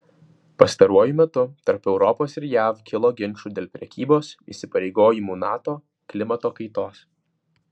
pastaruoju metu tarp europos ir jav kilo ginčų dėl prekybos įsipareigojimų nato klimato kaitos